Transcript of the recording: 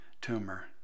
tumor